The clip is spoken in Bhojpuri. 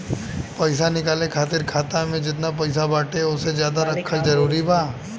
पईसा निकाले खातिर खाता मे जेतना पईसा बाटे ओसे ज्यादा रखल जरूरी बा?